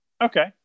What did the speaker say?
okay